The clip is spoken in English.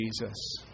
Jesus